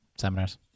seminars